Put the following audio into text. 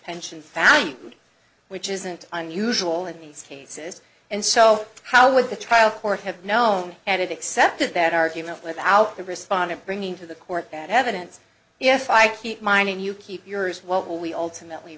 pensions valued which isn't unusual in these cases and so how would the trial court have known and accepted that argument without the respondent bringing to the court that evidence if i keep mine and you keep yours what will we ultimately